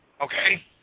Okay